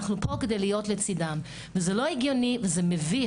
אנחנו פה כדי להיות לצידם וזה לא הגיוני וזה מביך,